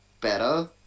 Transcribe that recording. better